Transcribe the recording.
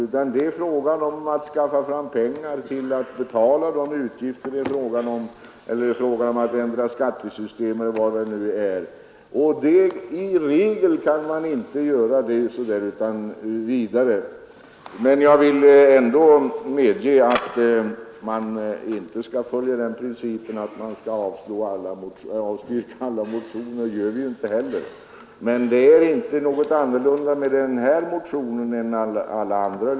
Där är det i stället fråga om att skaffa fram pengar till utgifter eller att ändra skattesystemet e. d., och det kan man inte göra utan vidare. Jag vill i alla fall medge att man inte skall följa principen att avstyrka alla motioner; det gör vi inte heller. Men den här motionen har inte behandlats annorlunda än alla andra.